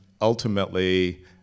ultimately